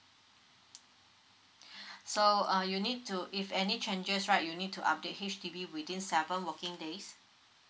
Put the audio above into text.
so uh you'll need to if any changes right you'll need to update H_D_B within seven working days